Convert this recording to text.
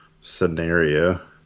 scenario